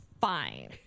fine